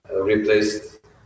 replaced